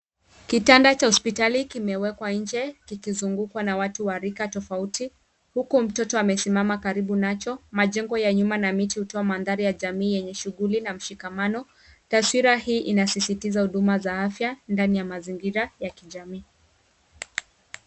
Kitanda cha hospitali kimewekwa nje kikizungukwa na watu wa rika tofauti huku mtoto amesimama karibu nacho. Majengo ya nyuma na miti hutoa mandhari ya jamii yenye shughuli na mshikamano. Taswira hii inasisitiza huduma ya afya ndani ya mazingira ya kijamii.